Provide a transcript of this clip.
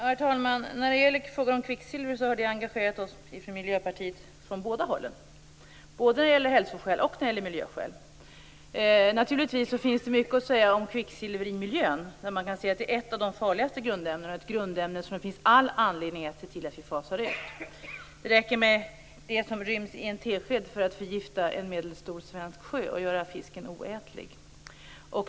Herr talman! I frågan om kvicksilver har vi från Miljöpartiet engagerat oss från båda hållen, både av hälsoskäl och av miljöskäl. Naturligtvis finns det mycket att säga om kvicksilver i miljön. Det är ett av de farligaste grundämnena, ett grundämne som det finns all anledning att fasa ut. Det räcker med det som ryms i en tesked för att förgifta en medelstor svensk sjö och göra fisken oätlig.